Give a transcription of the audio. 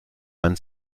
man